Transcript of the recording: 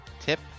tip